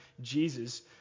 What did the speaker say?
Jesus